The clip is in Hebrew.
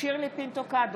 שירלי פינטו קדוש,